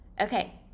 okay